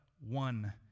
one